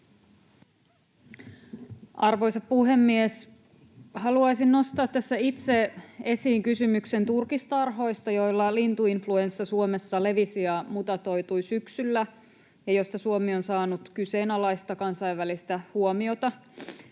Arvoisa puhemies! Haluaisin nostaa tässä itse esiin kysymyksen turkistarhoista, joilla lintuinfluenssa Suomessa levisi ja mutatoitui syksyllä ja joista Suomi on saanut kyseenalaista kansainvälistä huomiota.